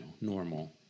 normal